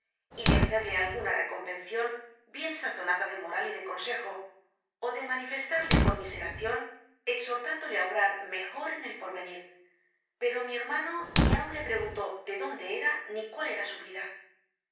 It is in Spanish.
y de hacerle alguna reconvencion bien sazonada de moral y de consejo ó de mani festarle conmiseracion exhortándole á obrar mejor en el porvenir pero mi hermano ni aun le preguntó de dónde era ni cuál era su vida